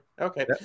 Okay